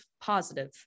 positive